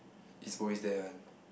is always there one